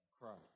Christ